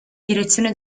direzione